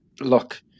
look